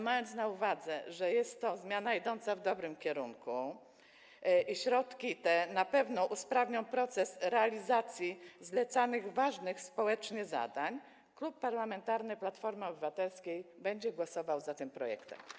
Mając na uwadze, że jest to zmiana idąca w dobrym kierunku i środki na pewno usprawnią proces realizacji zlecanych ważnych zadań społecznych, Klub Parlamentarny Platforma Obywatelska będzie głosował za tym projektem.